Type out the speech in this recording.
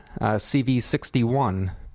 CV-61